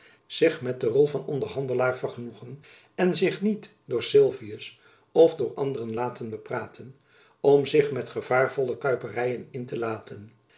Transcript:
zich met de rol van onderhandelaar vergenoegen en zich niet door sylvius of door anderen laten bepraten om zich met gevaarvolle kuiperyen in te laten